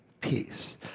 peace